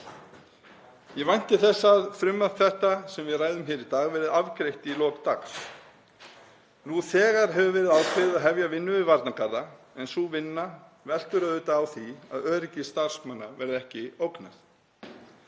Ég vænti þess að frumvarp þetta sem við ræðum hér í dag verði afgreitt í lok dags. Nú þegar hefur verið ákveðið að hefja vinnu við varnargarða en sú vinna veltur auðvitað á því að öryggi starfsmanna verði ekki ógnað.